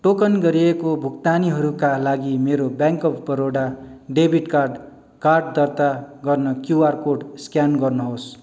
token गरिएको भुक्तानीहरूका लागि मेरो bank of Baroda debit card card दर्ता गर्न क्युआर कोड स्क्यान गर्नुहोस्